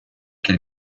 quel